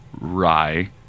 rye